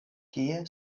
kie